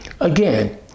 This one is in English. Again